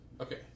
Okay